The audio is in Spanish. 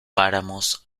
páramos